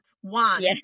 one